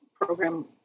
program